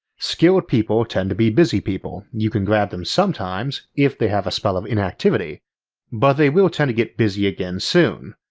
skilled people tend to be busy people, you can grab them sometimes if they have a spell of inactivity but they will tend to get busy again soon.